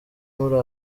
muri